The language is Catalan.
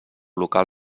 local